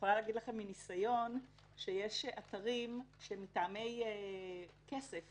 מניסיון אני יכול לומר לכם שיש אתרים שמטעמי כסף